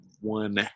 one